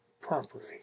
properly